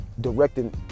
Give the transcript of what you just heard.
directing